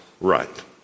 right